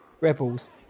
Rebels